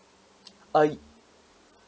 uh